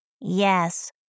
Yes